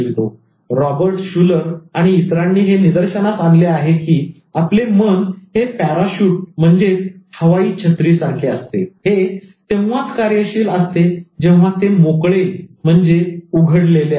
Robert Schuler Robert Schuler आणि इतरांनी हे निदर्शनास आणले आहे की "आपले मन हे पॅराशुटहवाई छत्री सारखे असते हे तेव्हाच कार्यशील असते जेव्हा ते मोकळेखुले असते